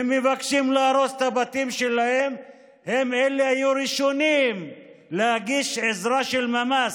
ומבקשים להרוס את הבתים שלהם היו הראשונים להגיש עזרה של ממש,